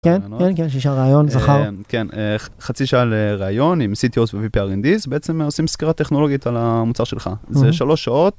כן כן ראיון חצי שעה לראיון עם CTOs ו-VP RNDs בעצם עושים סקירה טכנולוגית על המוצר שלך זה שלוש שעות.